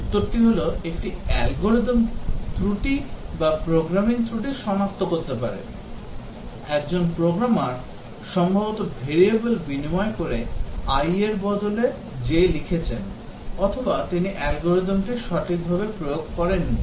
উত্তরটি হল একটি algorithm ত্রুটি বা একটি প্রোগ্রামিং ত্রুটি সনাক্ত করতে পারে একজন প্রোগ্রামার সম্ভবত variable বিনিময় করে i এর বদলে j লিখেছেন অথবা তিনি algorithm টি সঠিকভাবে প্রয়োগ করেননি